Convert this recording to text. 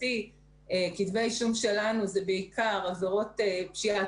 כתבי אישום שלנו זה בעיקר בנוגע לפשיעת